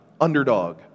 Underdog